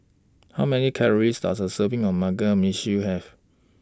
How Many Calories Does A Serving of Mugi Meshi Have